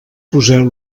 poseu